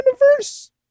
universe